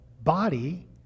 body